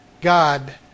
God